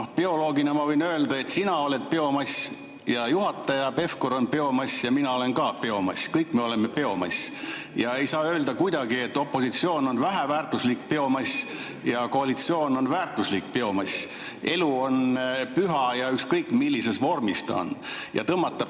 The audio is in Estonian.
Bioloogina ma võin öelda, et sina oled biomass ja juhataja Pevkur on biomass ja mina olen ka biomass, kõik me oleme biomass. Ei saa öelda kuidagi, et opositsioon on väheväärtuslik biomass ja koalitsioon on väärtuslik biomass. Elu on püha, ükskõik millises vormis ta on. Tõmmata